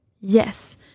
Yes